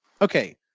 okay